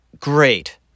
great